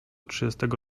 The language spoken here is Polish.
trzydziestego